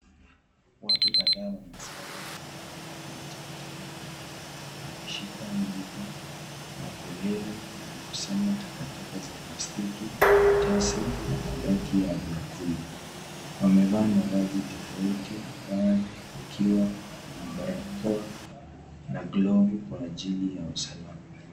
Watu kadhaa wamesimama kwenye eleo lenye takataka nyingi wakishika mwiko na koleo wakikusanya taka taka za plastiki, karatasi na mabaki ya vyakula wamevaa mavazi tofauti baadhi wakiwa na barakoa na glovu kwa ajili ya usalama